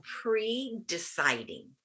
pre-deciding